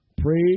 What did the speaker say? Praise